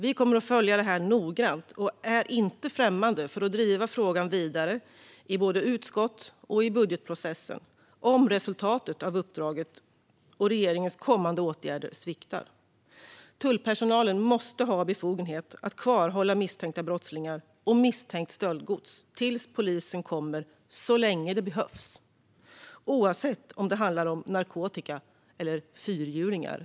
Vi kommer att följa detta noggrant och är inte främmande för att driva frågan vidare både i utskottet och i budgetprocessen om resultatet av uppdraget och regeringens kommande åtgärder sviktar. Tullpersonalen måste ha befogenhet att kvarhålla misstänkta brottslingar och misstänkt stöldgods tills polisen kommer, så länge det behövs, oavsett om det handlar om narkotika eller fyrhjulingar.